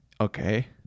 Okay